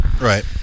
Right